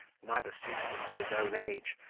neither suitable to his own age,